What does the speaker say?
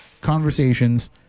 conversations